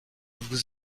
vous